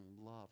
love